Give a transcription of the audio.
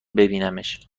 ببینمش